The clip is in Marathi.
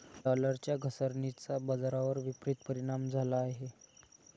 डॉलरच्या घसरणीचा बाजारावर विपरीत परिणाम झाला आहे